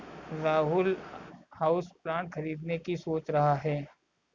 Rahul houseplant खरीदने की सोच रहा है